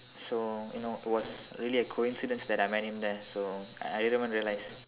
so you know it was really a coincidence that I met him there so I didn't even realise